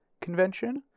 convention